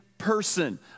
person